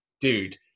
dude